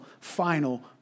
final